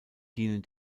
dienen